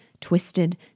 twisted